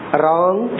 wrong